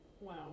Wow